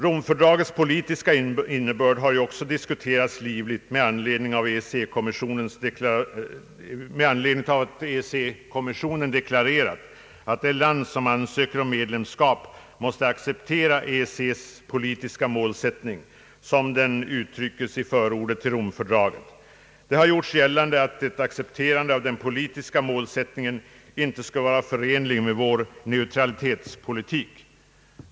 Rom-fördragets politiska innebörd har också diskuterats livligt med anledning av att EEC-kommissionen deklarerat att det land som ansöker om medlemskap måste acceptera EEC:s politiska målsättning, såsom denna uttryckes i förordet till Rom-fördraget. Det har gjorts gällande att ett accepterande av den politiska målsättningen inte skulle vara förenligt med vår neutralitetspolitik.